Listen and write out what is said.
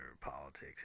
politics